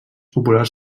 populars